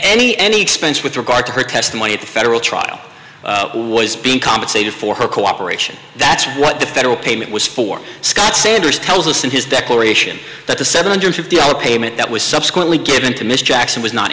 any any expense with regard to her testimony at a federal trial was being compensated for her cooperation that's what the federal payment was for scott sanders tells us in his declaration that the seven hundred fifty dollars payment that was subsequently given to miss jackson was not